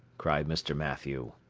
cried mr. mathew.